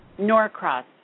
Norcross